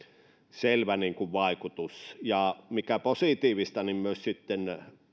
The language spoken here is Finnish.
selvä vaikutus mikä positiivista niin myös